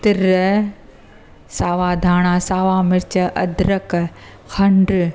तिर सावा धाणा सावा मिर्च अदरक खंड